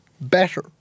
better